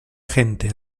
gente